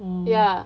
mm